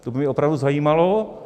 To by mě opravdu zajímalo.